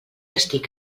estic